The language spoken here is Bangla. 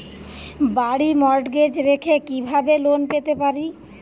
বাড়ি মর্টগেজ রেখে কিভাবে লোন পেতে পারি?